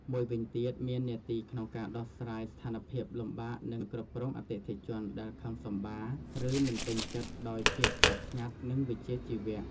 មួយវិញទៀត មាននាទីក្នុងការដោះស្រាយស្ថានភាពលំបាកនិងគ្រប់គ្រងអតិថិជនដែលខឹងសម្បារ ឬមិនពេញចិត្តដោយភាពស្ងប់ស្ងាត់ និងវិជ្ជាជីវៈ។